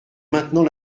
maintenant